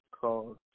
called